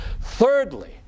Thirdly